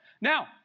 Now